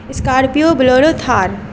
scorpio bolero Thar